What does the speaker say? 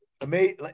amazing